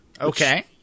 Okay